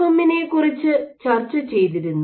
M നെക്കുറിച്ച് ചർച്ച ചെയ്തിരുന്നു